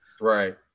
Right